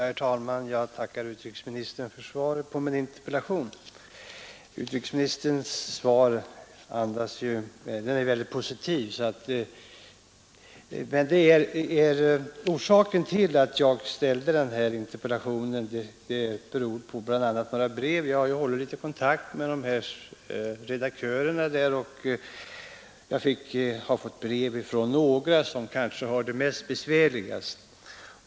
Herr talman! Jag tackar utrikesministern för svaret på min interpellation, vilket är mycket positivt. Orsaken till att jag framställde den här interpellationen är bl.a. några brev. Jag har hållit litet kontakt med redaktörerna för de svenskspråkiga tidningarna i Nordamerika och Canada, och jag har fått brev från några, som kanske har det mest besvärligt.